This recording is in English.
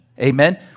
Amen